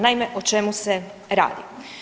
Naime, o čemu se radi?